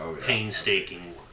painstaking